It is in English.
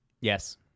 Yes